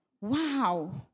Wow